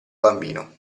bambino